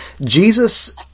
Jesus